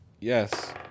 Yes